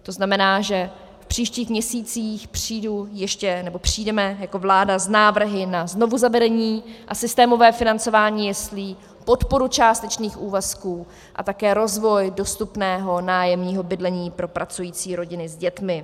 To znamená, že v příštích měsících přijdu ještě, nebo přijdeme jako vláda s návrhy na znovuzavedení a systémové financování jeslí, podporu částečných úvazků a také rozvoj dostupného nájemního bydlení pro pracující rodiny s dětmi.